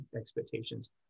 expectations